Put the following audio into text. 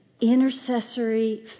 intercessory